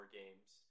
games